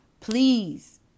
please